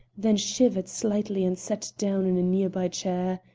then shivered slightly and sat down in a near-by chair.